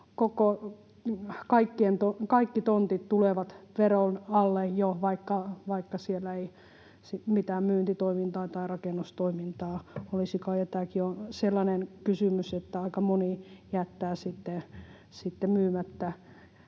kaikki tontit tulevat jo veron alle, vaikka siellä ei sitten mitään myyntitoimintaa tai rakennustoimintaa olisikaan. Ja tämäkin on sellainen kysymys, että aika moni jättää sitten